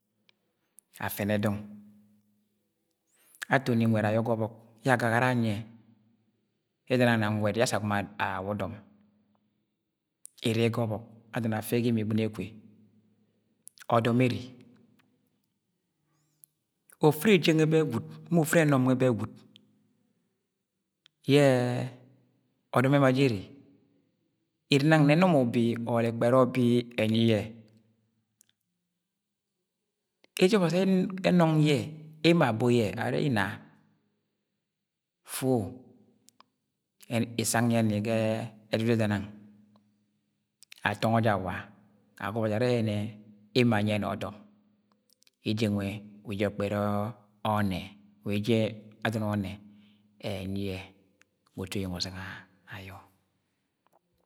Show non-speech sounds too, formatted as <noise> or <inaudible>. Afẹnẹ dọng ato ni nwẹd ayo ga ọbọk ye agagara anyiẹ yẹ eda nang na nwed yẹ asa agomo awa ọdọm ere yẹ ga ọbọk ada ní afẹ ga imi igbɨn ekwe, ọdọm ere ofɨri eje nwe jẹ gwud ma ofɨri ẹnọm nwẹ bẹ gwud, yẹ <hesitation> ọdọm ẹma jẹ ere, ere nang na ẹnọm ubi or ẹkpẹrẹ ubi enyi yẹ eje ọbazi ẹnung yẹ emo abi yẹ arẹ ina fu-o yẹnẹ isang yẹ ni ga <hesitation> ẹdudu yẹ ẹdanang atọngọ je awa agọbọ jẹarẹ yẹnẹ emo anyi yẹ ni ọdọm eje nwẹ wa eje ekpere ọnnẹ wa eje adọn ọnnẹ ẹnyiẹ ga utu eyeng ọzẹng ayọ.